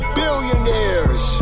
billionaires